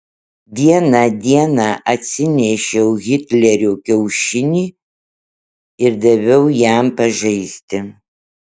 vieną dieną atsinešiau hitlerio kiaušinį ir daviau jam pažaisti